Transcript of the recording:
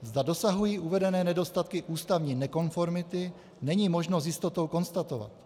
Zda dosahují uvedené nedostatky ústavní nekonformity, není možno s jistotou konstatovat.